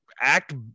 act